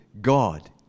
God